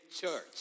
church